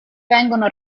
vengono